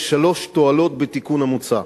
יש שלוש תועלות בתיקון המוצע,